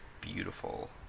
beautiful